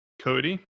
Cody